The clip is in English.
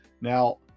Now